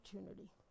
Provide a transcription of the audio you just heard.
opportunity